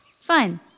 Fine